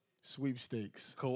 Sweepstakes